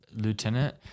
lieutenant